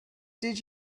did